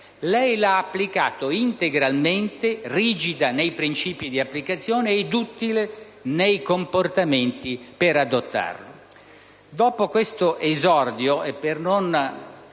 Lei lo ha applicato integralmente, rigida nei principi di applicazione e duttile nei comportamenti per adottarlo.